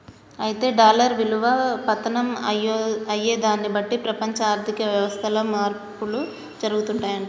అయితే డాలర్ విలువ పతనం అయ్యేదాన్ని బట్టి ప్రపంచ ఆర్థిక వ్యవస్థలు మార్పులు జరుపుతాయంట